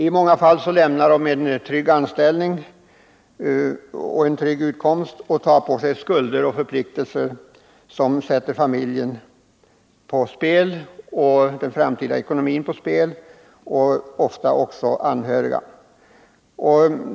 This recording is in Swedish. I många fall lämnar de en trygg anställning och tar på sig skulder och förpliktelser som sätter familjens framtida ekonomi på spel — och ofta även anhörigas ekonomi.